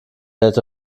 hätte